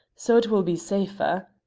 so it will be safer.